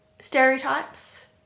Stereotypes